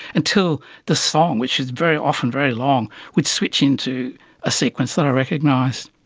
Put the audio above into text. until the song, which is very often very long, would switch into a sequence that i recognised.